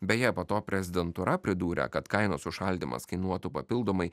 beje po to prezidentūra pridūrė kad kainos užšaldymas kainuotų papildomai